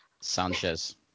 Sanchez